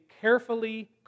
carefully